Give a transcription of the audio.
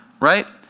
right